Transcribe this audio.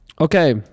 Okay